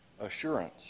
assurance